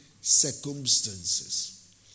circumstances